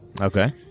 Okay